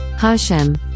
HaShem